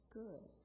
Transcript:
good